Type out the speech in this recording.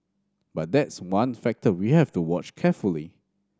but that's one factor we have to watch carefully